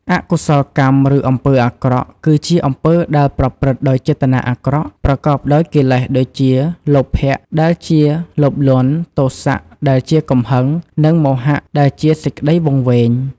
អកុសលកម្ម ឬ អំពើអាក្រក់ គឺជាអំពើដែលប្រព្រឹត្តដោយចេតនាអាក្រក់ ប្រកបដោយកិលេសដូចជា លោភៈដែលជា លោភលន់ ទោសៈ ដែលជា កំហឹង និងមោហៈ ដែលជា សេចក្តីវង្វេង។